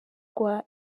rwa